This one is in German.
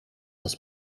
das